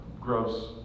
gross